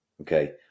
Okay